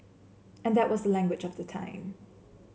and that was the language of the time